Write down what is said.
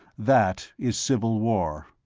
that is civil war.